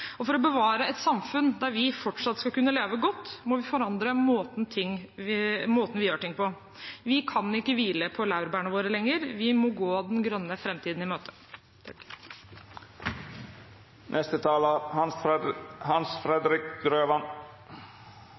forandre for å bevare. For å bevare et samfunn der vi fortsatt skal kunne leve godt, må vi forandre måten vi gjør ting på. Vi kan ikke hvile på laurbærene våre lenger, vi må gå den grønne framtiden i møte.